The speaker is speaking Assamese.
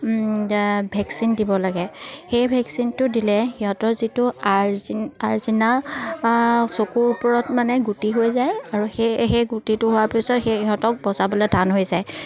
ভেকচিন দিব লাগে সেই ভেকচিনটো দিলে সিহঁতৰ যিটো আচিনাই চকুৰ ওপৰত মানে গুটি হৈ যায় আৰু সেই সেই গুটিটো হোৱাৰ পিছত সেই সিহঁতক বচাবলৈ টান হৈ যায়